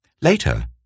Later